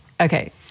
okay